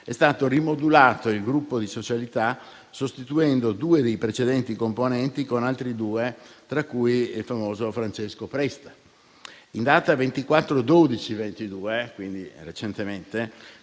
è stato rimodulato il gruppo di socialità, sostituendo due dei precedenti componenti con altri due, tra cui il famoso Francesco Presta. In data 24 dicembre 2022 - quindi recentemente